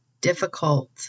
difficult